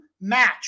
match